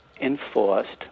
enforced